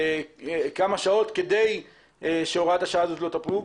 כמה שעות כדי שהוראת השעה הזאת לא תפוג,